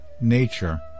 nature